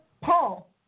Paul